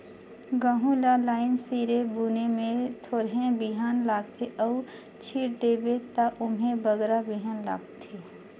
गहूँ ल लाईन सिरे बुने में थोरहें बीहन लागथे अउ छींट देबे ता ओम्हें बगरा बीहन लागथे